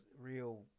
real